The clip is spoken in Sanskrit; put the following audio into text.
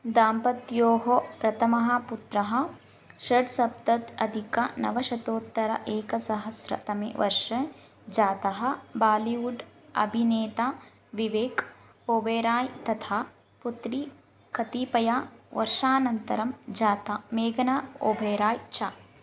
दम्पत्योः प्रथमः पुत्रः षड् सप्ततः अधिकनवशतोत्तरम् एकसहस्रतमे वर्षे जातः बालिवुड् अभिनेता विवेक् ओबेराय् तथा पुत्री कतिपयवर्षानन्तरं जाता मेघना ओभेराय् च